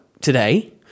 today